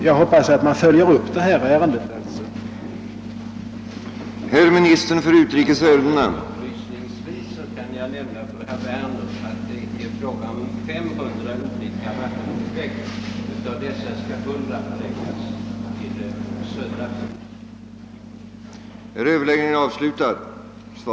Jag hoppas att man nu följer vad som verkligen sker i detta ärende.